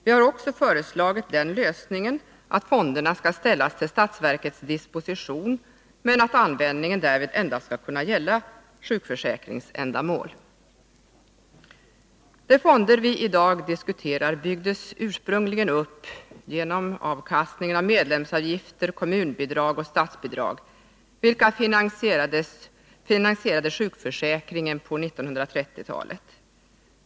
Vi har också föreslagit den lösningen att fonderna skall ställas till statsverkets disposition, men att användningen därvid endast skall kunna gälla sjukförsäkringsändamål. De fonder vi i dag diskuterar byggdes ursprungligen upp genom avkastningen från medlemsavgifter, kommunbidrag och statsbidrag. På detta sätt finansierades sjukförsäkringen på 1930-talet.